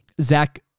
Zach